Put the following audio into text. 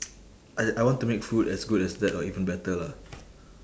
I I want to make food as good as that or even better lah